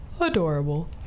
adorable